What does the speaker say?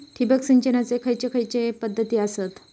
ठिबक सिंचनाचे खैयचे खैयचे पध्दती आसत?